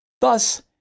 Thus